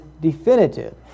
definitive